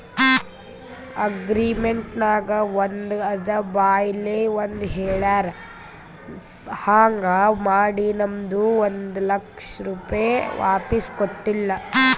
agreement ನಾಗ್ ಒಂದ್ ಅದ ಬಾಯ್ಲೆ ಒಂದ್ ಹೆಳ್ಯಾರ್ ಹಾಂಗ್ ಮಾಡಿ ನಮ್ದು ಒಂದ್ ಲಕ್ಷ ರೂಪೆ ವಾಪಿಸ್ ಕೊಟ್ಟಿಲ್ಲ